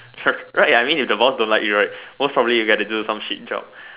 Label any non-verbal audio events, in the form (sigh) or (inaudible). (noise) right if the boss don't like you right most probably you will get to do with some shit job